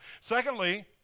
Secondly